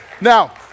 now